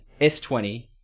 S20